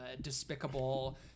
despicable